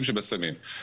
יש בזה דווקא